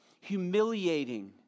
humiliating